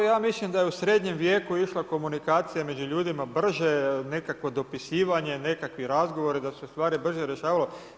Ja mislim da je u srednjem vijeku išla komunikacija među ljudima brže nekakvo dopisivanje, nekakvi razgovori, da su se stvari brže rješavale.